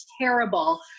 terrible